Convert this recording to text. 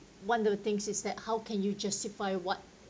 one of the things is that how can you justify what